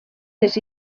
les